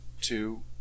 two